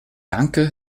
danke